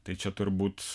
tai čia turbūt